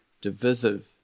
divisive